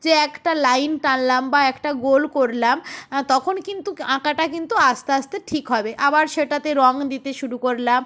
যে একটা লাইন টানলাম বা একটা গোল করলাম তখন কিন্তু ক্ আঁকাটা কিন্তু আস্তে আস্তে ঠিক হবে আবার সেটাতে রং দিতে শুরু করলাম